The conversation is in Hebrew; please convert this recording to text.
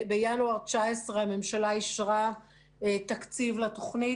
בינואר 2019 הממשלה אישרה תקציב לתוכנית